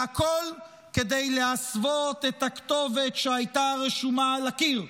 והכול כדי להסוות את הכתובת שהייתה רשומה על הקיר,